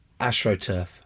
astroturf